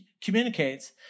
communicates